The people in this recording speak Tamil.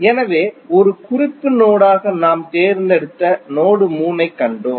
எனவே ஒரு குறிப்பு நோடாக நாம் தேர்ந்தெடுத்த நோடு 3 ஐக் கண்டோம்